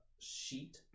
sheet